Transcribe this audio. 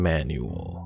Manual